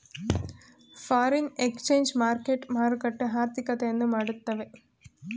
foreign exchange market ಮಾರುಕಟ್ಟೆ ಆರ್ಥಿಕತೆಯನ್ನು ಮಾಡುತ್ತವೆ